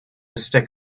stick